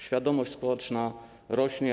Świadomość społeczna rośnie.